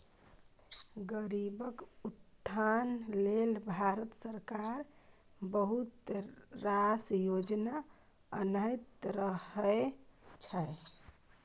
गरीबक उत्थान लेल भारत सरकार बहुत रास योजना आनैत रहय छै